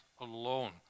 alone